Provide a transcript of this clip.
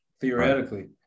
theoretically